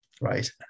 Right